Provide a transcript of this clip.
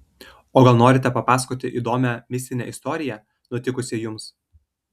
o gal norite papasakoti įdomią mistinę istoriją nutikusią jums